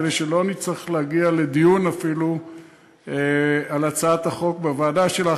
כדי שלא נצטרך להגיע לדיון אפילו על הצעת החוק בוועדה שלך.